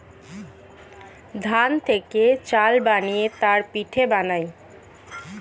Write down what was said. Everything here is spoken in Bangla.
ধান থেকে চাল বানিয়ে তার পিঠে বানায়